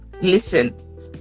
listen